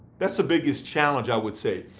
that's the biggest challenge i would say.